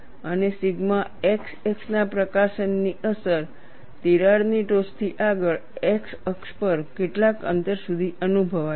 અને સિગ્મા xxના પ્રકાશનની અસર તિરાડની ટોચથી આગળ x અક્ષ પર કેટલાક અંતર સુધી અનુભવાય છે